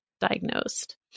diagnosed